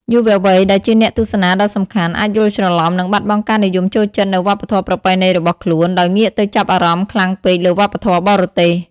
យុវវ័យដែលជាអ្នកទស្សនាដ៏សំខាន់ អាចយល់ច្រឡំ និងបាត់បង់ការនិយមចូលចិត្តនូវវប្បធម៌ប្រពៃណីរបស់ខ្លួន ដោយងាកទៅចាប់អារម្មណ៍ខ្លាំងពេកលើវប្បធម៌បរទេស។